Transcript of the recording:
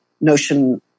notion